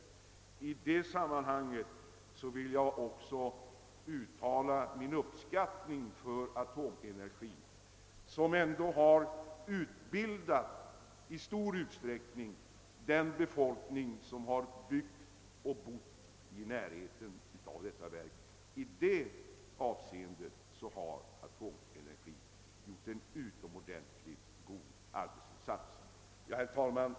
I det ta sammanhang vill jag också uttala min uppskattning av Atomenergi, som ändå i stor utsträckning utbildat den befolkning som byggt och bott i närheten av verket. Det är en utomordentligt god prestation. Herr talman!